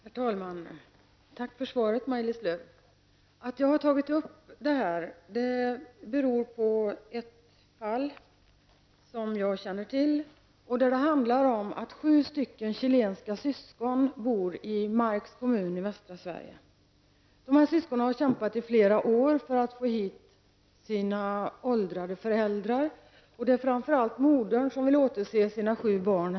Herr talman! Tack för svaret, Maj-Lis Lööw! Att jag har tagit upp den här frågan beror på ett fall som jag känner till. Sju chilenska syskon bor i Marks kommun i västra Sverige. Syskonen har kämpat i flera år för att få hit sina åldrade föräldrar. Det är framför allt modern som vill återse sina sju barn.